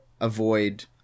avoid